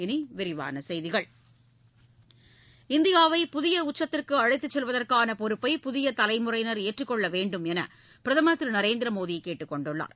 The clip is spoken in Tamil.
இனி விரிவான செய்திகள் இந்தியாவை புதிய உச்சத்திற்கு அழைத்துச் செல்வதற்கான பொறுப்பை புதிய தலைமுறையினர் ஏற்றுக்கொள்ள வேண்டும் என பிரதமர் திரு நரேந்திர மோடி கேட்டுக்கொண்டுள்ளார்